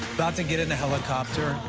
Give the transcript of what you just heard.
about to get in a helicopter.